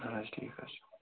اَہن حظ ٹھیٖک حظ چھِ